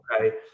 Okay